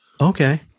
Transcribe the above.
Okay